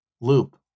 loop